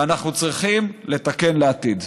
ואנחנו צריכים לתקן לעתיד.